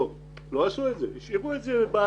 לא, לא עשו את זה, השאירו את זה באוויר.